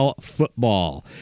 football